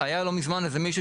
היה לא מזמן בחור